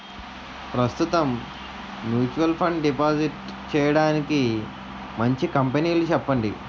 ప్రస్తుతం mutual fund deposit చేయడానికి మంచి కంపెనీలు చెప్పండి